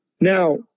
Now